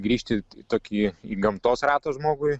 grįžti tokį į gamtos ratą žmogui